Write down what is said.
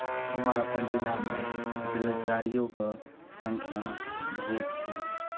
हमर अपन जिलामे बेरोजगारियोके संख्या बहुत छै